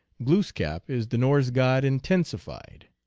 glooskap is the norse god intensified.